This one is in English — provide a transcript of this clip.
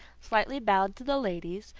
slightly bowed to the ladies,